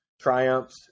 triumphs